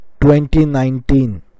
2019